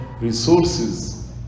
resources